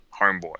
Homeboy